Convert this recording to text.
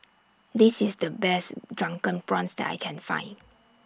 This IS The Best Drunken Prawns that I Can Find